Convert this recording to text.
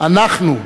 אנחנו,